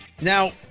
Now